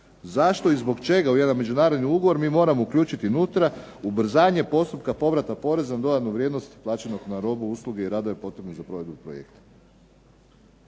zašto i zbog čega u jedan međunarodni ugovor mi moramo uključiti unutra ubrzanje postupka povrata poreza na dodanu vrijednost plaćenog na robu, usluge, i radove potrebne za provedbu projekta.